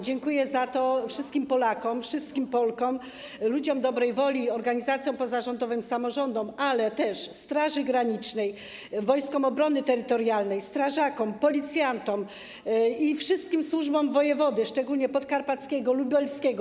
Dziękuję za to wszystkim Polakom, wszystkim Polkom, ludziom dobrej woli i organizacjom pozarządowym, samorządom, ale też Straży Granicznej, Wojskom Obrony Terytorialnej, strażakom, policjantom i wszystkim służbom wojewody, szczególnie podkarpackiego, lubelskiego.